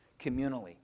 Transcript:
communally